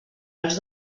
els